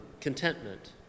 Contentment